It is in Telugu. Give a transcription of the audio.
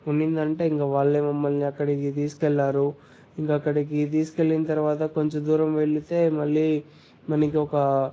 ఉన్నిందంటే ఇంక వాళ్ళే మమ్మల్ని అక్కడికి తీసుకెళ్లారు ఇంక అక్కడికి తీసికెళ్ళిన తర్వాత కొంచెం దూరం వెళ్ళితే మళ్ళీ మనకి ఒక